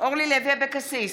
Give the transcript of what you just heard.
אורלי לוי אבקסיס,